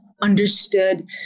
understood